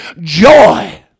joy